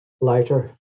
lighter